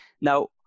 Now